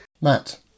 Matt